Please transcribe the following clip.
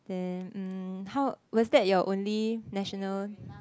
then mm how was that your only national